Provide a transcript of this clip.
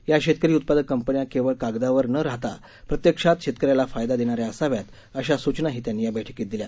या शेतकरी उत्पादक कंपन्या केवळ कागदावर न राहता प्रत्यक्षात शेतकऱ्याला फायदा देणाऱ्या असाव्यात अशाही सुचना त्यांनी या बैठकीत दिल्या